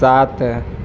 सात